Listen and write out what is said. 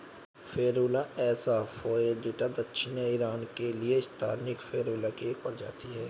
Ferula एसा फोएटिडा दक्षिणी ईरान के लिए स्थानिक फेरुला की एक प्रजाति है